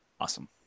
awesome